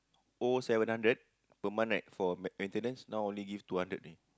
owe seven hundred per month right for ma~ maintenance now only give two hundred only